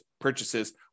purchases